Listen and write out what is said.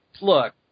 look